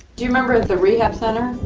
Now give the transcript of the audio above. do you remember the rehab centre?